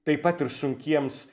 taip pat ir sunkiems